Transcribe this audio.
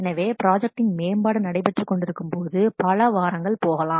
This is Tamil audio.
எனவே ப்ராஜெக்டின் மேம்பாடு நடைபெற்றுக் கொண்டிருக்கும்போது பல வாரங்கள் போகலாம்